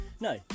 No